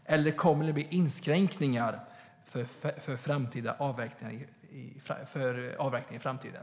Eller kommer det att bli inskränkningar för avverkningar i framtiden?